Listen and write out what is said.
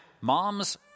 moms